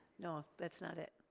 no, that's not it.